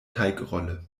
teigrolle